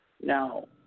No